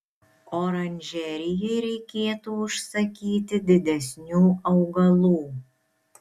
oranžerijai reikėtų užsakyti didesnių augalų